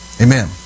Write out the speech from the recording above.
Amen